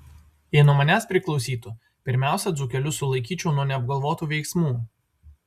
jei nuo manęs priklausytų pirmiausia dzūkelius sulaikyčiau nuo neapgalvotų veiksmų